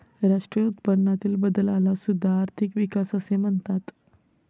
राष्ट्रीय उत्पन्नातील बदलाला सुद्धा आर्थिक विकास असे म्हणतात